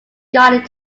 guided